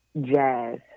jazz